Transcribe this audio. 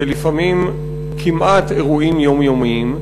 ולפעמים כמעט אירועים יומיומיים,